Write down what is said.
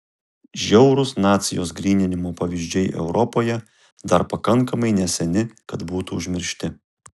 žiaurūs nacijos gryninimo pavyzdžiai europoje dar pakankamai neseni kad būtų užmiršti